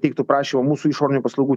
teiktų prašymą mūsų išorinių paslaugų